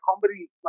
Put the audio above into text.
comedy